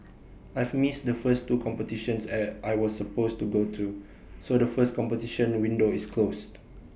I've missed the first two competitions I I was supposed to go to so the first competition window is closed